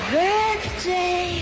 birthday